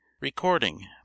Recording